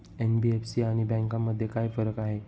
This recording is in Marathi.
एन.बी.एफ.सी आणि बँकांमध्ये काय फरक आहे?